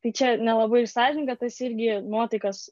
tai čia nelabai ir sąžininga tas irgi nuotaikas